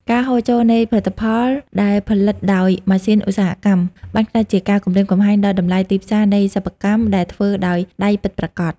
ការហូរចូលនៃផលិតផលដែលផលិតដោយម៉ាស៊ីនឧស្សាហកម្ម បានក្លាយជាការគំរាមកំហែងដល់តម្លៃទីផ្សារនៃសិប្បកម្មដែលធ្វើដោយដៃពិតប្រាកដ។